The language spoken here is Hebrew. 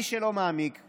מי שלא מעמיק,